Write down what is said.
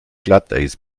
glatteis